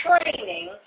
training